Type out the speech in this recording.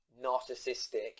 narcissistic